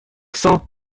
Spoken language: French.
cents